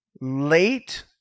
late